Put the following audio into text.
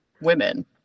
women